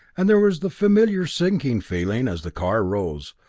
and there was the familiar sinking feeling as the car rose,